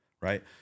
Right